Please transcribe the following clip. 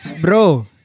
bro